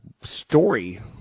story